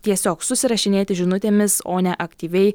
tiesiog susirašinėti žinutėmis o ne aktyviai